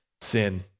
sin